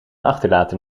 achterlaten